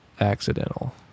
accidental